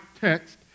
text